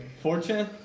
Fortune